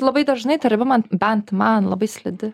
labai dažnai ta riba man bent man labai slidi